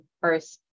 first